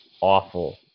awful